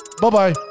Bye-bye